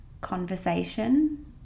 conversation